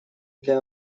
для